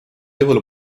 juhul